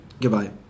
Goodbye